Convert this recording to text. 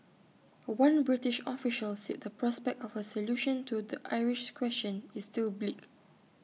one British official said the prospect of A solution to the Irish question is still bleak